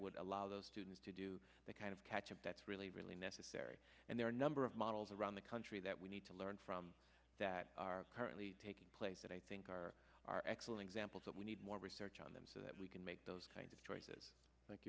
would allow those students to do the kind of catch up that's really really necessary and there are number of models around the country that we need to learn from that are currently taking place that i think are are excellent examples that we need more research on them so that we can make those kind of choices